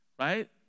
right